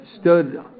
stood